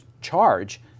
charge